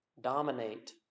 dominate